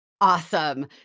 awesome